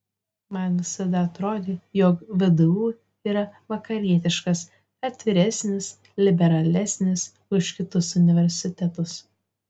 man visada atrodė jog vdu yra vakarietiškas atviresnis liberalesnis už kitus universitetus